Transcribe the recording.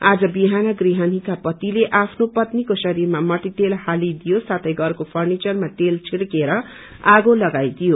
आज बिहान गृहणीका पतिले आफ्नो पत्निको शरीरमा मट्टीतेल हाली दियो साथै षरको फरनिचरमा तेल छिड़केर आगो लगाईदियो